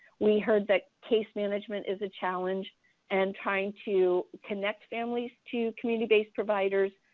we heard that case management is a challenge and trying to connect families to community based providers,